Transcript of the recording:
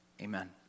Amen